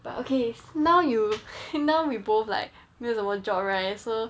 but okay now you now we both like 没有什么 job so